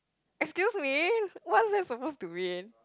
excuse me what's that supposed to mean